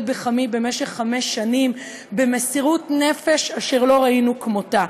בחמי במשך חמש שנים במסירות נפש אשר לא ראינו כמותה,